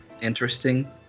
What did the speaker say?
interesting